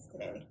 today